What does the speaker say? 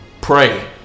Pray